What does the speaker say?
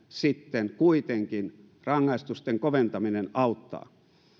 sitten kuitenkin rangaistusten koventaminen auttaa